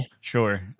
Sure